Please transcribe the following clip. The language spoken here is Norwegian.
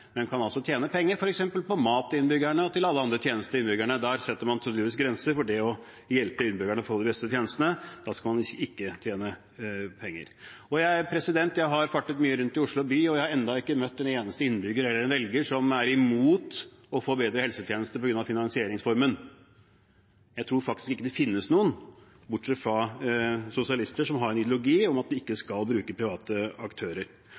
men man kan altså tjene penger f.eks. på mat og på alle andre tjenester for innbyggerne. Men der setter man tydeligvis grensen for det å hjelpe innbyggerne med å få de beste tjenestene. Da skal man ikke tjene penger. Jeg har fartet mye rundt i Oslo by, og jeg har ennå ikke møtt en eneste innbygger eller velger som er imot å få bedre helsetjenester på grunn av finansieringsformen. Jeg tror faktisk ikke det finnes noen, bortsett fra sosialister, som har en ideologi om at de ikke skal bruke private aktører.